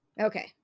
Okay